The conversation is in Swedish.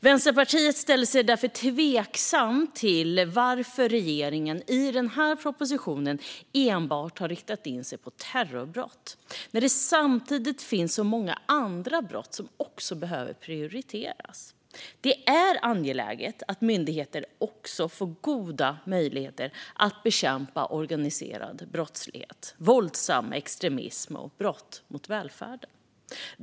Vänsterpartiet ställer sig därför tveksamt till varför regeringen i den här propositionen enbart har riktat in sig på terrorbrott när det samtidigt finns så många andra brott som också behöver prioriteras. Det är angeläget att myndigheter också får goda möjligheter att bekämpa organiserad brottslighet, våldsam extremism och brott mot välfärden.